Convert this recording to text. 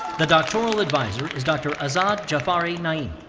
the doctoral advisor is dr. azad jafari naeemi.